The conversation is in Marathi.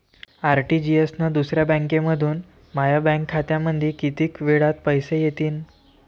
आर.टी.जी.एस न दुसऱ्या बँकेमंधून माया बँक खात्यामंधी कितीक वेळातं पैसे येतीनं?